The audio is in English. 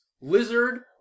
lizard